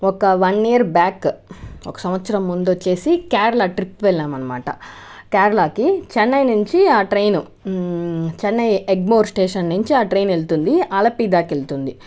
ఒక one year back ఒక సంవత్సరం ముందు వచ్చేసి కేరళ ట్రిప్ వెళ్ళాం అన్నమాట కేరళకి చెన్నై నుంచి ఆ ట్రైన్ చెన్నై ఎగ్మోర్ స్టేషన్ నుంచి ఆ ట్రైన్ వెళ్తుంది అలపీ దాక వెళుతుంది